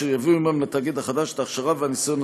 והם יביאו עמם לתאגיד החדש את ההכשרה והניסיון